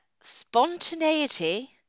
spontaneity